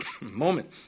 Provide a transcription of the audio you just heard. Moment